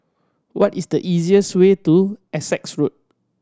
what is the easiest way to Essex Road